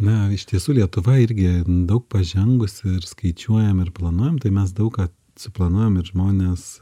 na iš tiesų lietuva irgi daug pažengus ir skaičiuojam ir planuojam tai mes daug ką suplanuojam ir žmonės